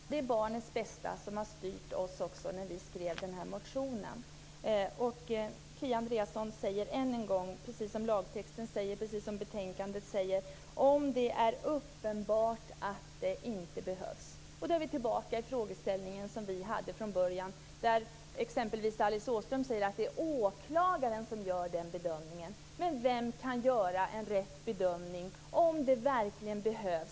Fru talman! Det var barnens bästa som styrde oss också när vi skrev den här motionen. Kia Andreasson säger än en gång, precis som lagtexten och betänkandet: Om det är uppenbart att det inte behövs. Då är vi tillbaka i den frågeställning som vi hade från början. Alice Åström säger exempelvis att det är åklagaren som gör den bedömningen. Men vem kan göra en riktig bedömning av om det verkligen behövs?